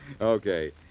Okay